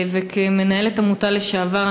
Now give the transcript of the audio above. כמנהלת עמותה לשעבר,